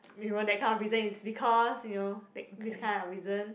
you know that kind of reason is because you know th~ this kind of reason